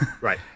Right